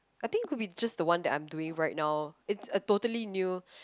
I think it could be just the one that I'm doing right now it's a totally new